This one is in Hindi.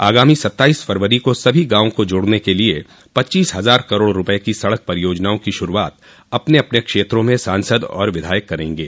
आगामी सत्ताइस फरवरी को सभी गांवों को जोड़ने के लिये पच्चीस हज़ार करोड़ रूपये की सड़क परियोजनाओं की शुरूआत अपने अपने क्षेत्रों में सांसद और विधायक करेंगे